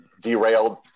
derailed